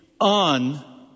on